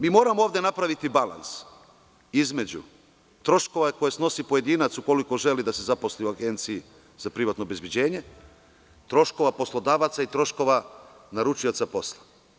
MI moramo ovde napraviti balans između troškova koje snosi pojedinac ukoliko želi da se zaposli u agenciji za privatno obezbeđenje, troškova poslodavaca i troškova naručioca posla.